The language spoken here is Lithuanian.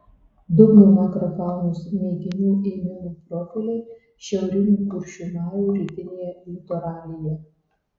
dugno makrofaunos mėginių ėmimo profiliai šiaurinių kuršių marių rytinėje litoralėje